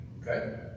Okay